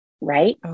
Right